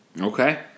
okay